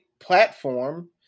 platform